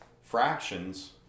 Fractions